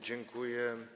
Dziękuję.